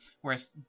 whereas